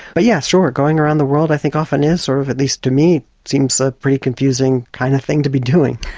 but yes sure, going around the world i think often is, or at least to me seems a pretty confusing kind of thing to be doing.